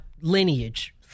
lineage